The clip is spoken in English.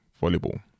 volleyball